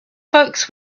folks